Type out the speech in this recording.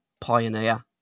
pioneer